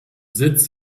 sitz